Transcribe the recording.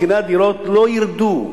מחירי הדירות לא ירדו,